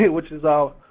which is of,